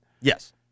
Yes